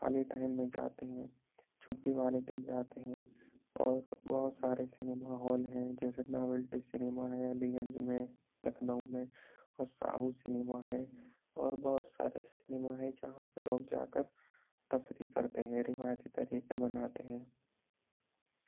خالی ٹائم میں جاتے ہیں چھٹی والے دن جاتے ہیں اور بہت سارے سنیما ہال ہیں جیسے ناولٹی سنیما ہے علی گنج میں لکھنؤ میں اور ساہو سنیما ہے اور بہت سارے سنیما ہیں جہاں پہ لوگ جاکر تفریح کرتے ہیں روایتی طریقے بناتے ہیں